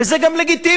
וזה גם לגיטימי.